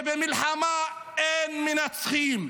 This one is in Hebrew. שבמלחמה אין מנצחים.